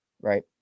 right